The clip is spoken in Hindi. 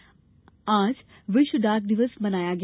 डाक दिवस आज विश्व डाक दिवस मनाया गया